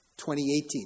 2018